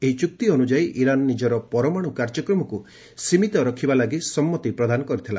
ଏହି ଚୁକ୍ତି ଅନୁଯାୟୀ ଇରାନ ନିଜର ପରମାଣୁ କାର୍ଯ୍ୟକ୍ରମକୁ ସୀମତ କରିବା ଲାଗି ସମ୍ମତି ପ୍ରଦାନ କରିଥିଲା